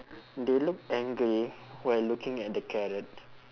they look angry while looking at the carrot